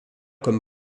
comme